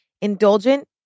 Indulgent